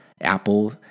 Apple